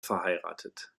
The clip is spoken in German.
verheiratet